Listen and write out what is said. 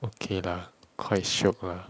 okay lah quite shiok lah